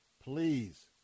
please